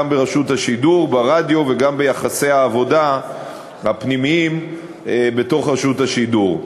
גם ברשות השידור ברדיו וגם ביחסי העבודה הפנימיים בתוך רשות השידור.